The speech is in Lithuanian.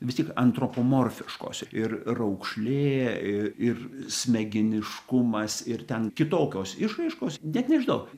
vis tik antropomorfiškos ir raukšlė ir smegeniškumas ir ten kitokios išraiškos net nežinau